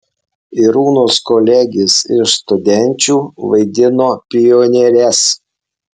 irūnos kolegės iš studenčių vaidino pionieres